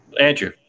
Andrew